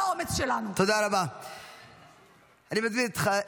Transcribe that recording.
ואנחנו חייבים לסמוך על הפרלמנט -- אני לא רוצה להוריד אותך,